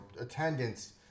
attendance